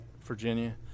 Virginia